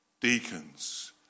Deacons